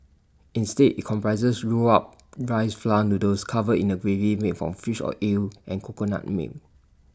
instead IT comprises rolled up rice flour noodles covered in A gravy made from fish or eel and coconut milk